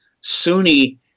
Sunni